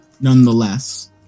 Nonetheless